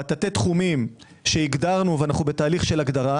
בתתי תחומים שהגדרנו ואנו בתהליך הגדרה